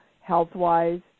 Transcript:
health-wise